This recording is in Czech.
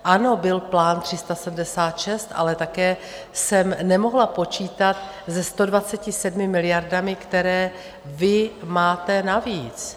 Ano, byl plán 376, ale také jsem nemohla počítat se 127 miliardami, které vy máte navíc.